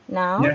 now